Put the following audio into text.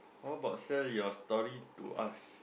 how about sell your story to us